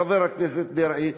חבר הכנסת דרעי,